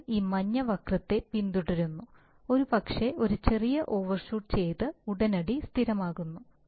മറിച്ച് ഈ മഞ്ഞ വക്രത്തെ പിന്തുടരുന്നു ഒരുപക്ഷേ ഒരു ചെറിയ ഓവർഷൂട്ട് ചെയ്ത് ഉടനടി സ്ഥിരമാക്കുന്നു